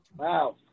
Wow